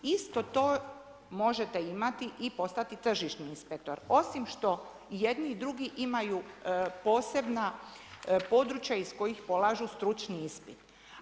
Isto to možete imati i postati tržišni inspektor, osim što i jedi i drugi imaju posebna područja iz kojih polažu stručni ispit.